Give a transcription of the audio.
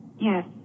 Yes